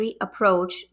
approach